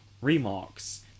remarks